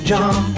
John